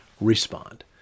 respond